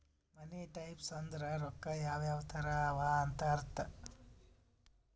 ಮನಿ types ಅಂದುರ್ ರೊಕ್ಕಾ ಯಾವ್ ಯಾವ್ ತರ ಅವ ಅಂತ್ ಅರ್ಥ